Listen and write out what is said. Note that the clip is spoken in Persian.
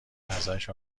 ازش